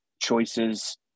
choices